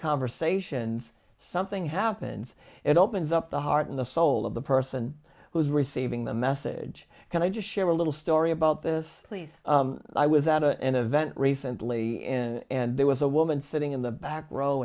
conversations something happens it opens up the heart in the soul of the person who's receiving the message can i just share a little story about this please i was at an event recently and there was a woman sitting in the back row